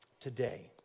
today